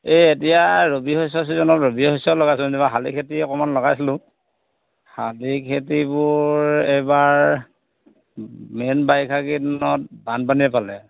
এই এতিয়া ৰবি শস্য ছিজনত ৰবি শস্য লগাইছিলো যেনিবা শালি খেতি অকমান লগাইছিলো শালি খেতিবোৰ এইবাৰ মেইন বাৰিষাকেইদিনত বানপানীয়ে পালে